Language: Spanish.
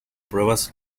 pruebas